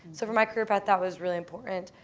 so for my career i thought that was really important.